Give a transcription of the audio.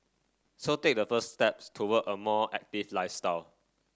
so take the first steps toward a more active lifestyle